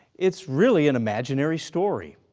it's really an imaginary story.